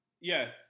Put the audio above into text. yes